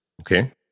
Okay